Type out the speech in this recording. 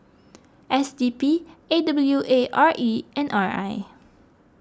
S D P A W A R E and R I